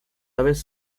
aves